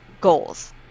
goals